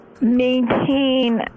maintain